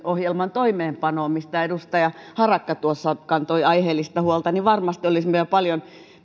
ohjelman toimeenpanoon mistä edustaja harakka tuossa kantoi aiheellista huolta niin varmasti olisimme jo paljon